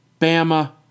Bama